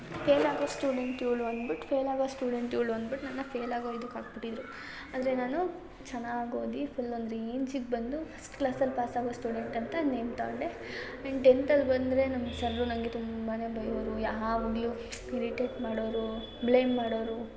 pale ಆಗೋ student ಇವಳು ಅನ್ಬಿಟ್ಟು ಫೇಲ್ ಆಗೋ ಸ್ಟೂಡೆಂಟ್ ಇವಳು ಅನ್ಬಿಟ್ಟು ನನ್ನ ಫೇಲ್ ಆಗೋ ಇದಕ್ಕೆ ಹಾಕಿಬಿಟ್ಟಿದ್ರು ಆದರೆ ನಾನು ಚೆನ್ನಾಗಿ ಓದಿ ಫುಲ್ ಒಂದು ರೇಂಜಿಗೆ ಬಂದು ಫಸ್ಟ್ ಕ್ಲಾಸಲ್ಲಿ ಪಾಸ್ ಆಗೋ ಸ್ಟೂಡೆಂಟ್ ಅಂತ ನೇಮ್ ತಗೊಂಡೆ ಆ್ಯಂಡ್ ಟೆನ್ತಲ್ ಬಂದರೆ ನಮ್ಮ ಸರ್ರು ನನಗೆ ತುಂಬಾ ಬೈಯೋರು ಯಾವಾಗಲೂ ಇರಿಟೇಟ್ ಮಾಡೋವ್ರು ಬ್ಲೇಮ್ ಮಾಡೋವ್ರು